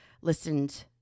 listened